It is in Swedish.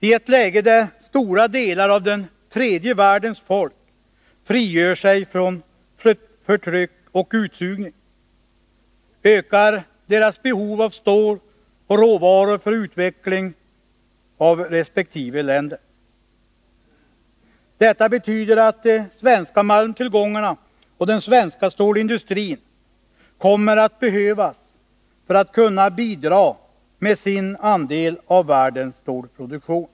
I ett läge där stora delar av den tredje världens folk frigör sig från förtryck och utsugning, ökar deras behov av stål och råvaror för utveckling av resp. länder. Detta betyder att de svenska malmtillgångarna och den svenska stålindustrin kommer att behövas för att kunna bidra med sin andel av världens stålproduktion.